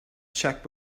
check